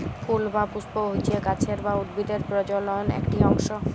ফুল বা পুস্প হচ্যে গাছের বা উদ্ভিদের প্রজলন একটি অংশ